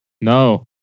No